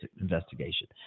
investigation